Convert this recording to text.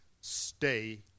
Stay